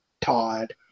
Todd